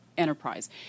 Enterprise